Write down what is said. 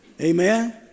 Amen